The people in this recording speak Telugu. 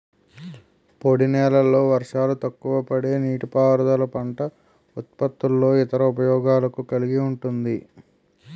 పొడినేలల్లో వర్షాలు తక్కువపడే నీటిపారుదల పంట ఉత్పత్తుల్లో ఇతర ఉపయోగాలను కలిగి ఉంటుంది